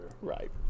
Right